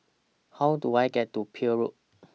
How Do I get to Peel Road